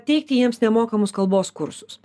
teikti jiems nemokamus kalbos kursus